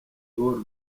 all